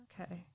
okay